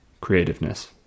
creativeness